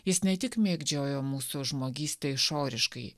jis ne tik mėgdžiojo mūsų žmogystę išoriškai